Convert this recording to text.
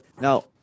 now